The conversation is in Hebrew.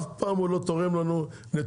אף פעם הוא לא תורם לנו נתונים,